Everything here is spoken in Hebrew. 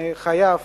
מחייו,